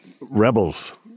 Rebels